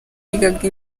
bigaga